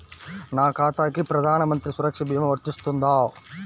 నా ఖాతాకి ప్రధాన మంత్రి సురక్ష భీమా వర్తిస్తుందా?